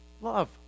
Love